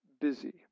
busy